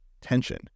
tension